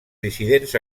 dissidents